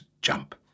jump